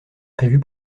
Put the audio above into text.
prévue